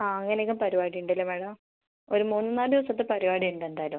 ആ അങ്ങനെ ഒക്കെ പരിപാടി ഉണ്ട് അല്ലേ മാഡം ഒരു മൂന്ന് നാല് ദിവസത്തെ പരിപാടി ഉണ്ട് എന്തായാലും